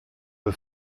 peu